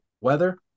weather